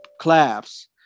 collapse